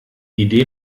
idee